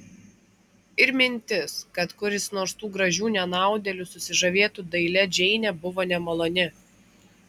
ir mintis kad kuris nors tų gražių nenaudėlių susižavėtų dailia džeine buvo nemaloni